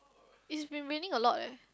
it's been raining a lot eh